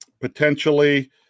potentially